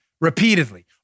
repeatedly